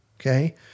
Okay